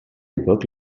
époque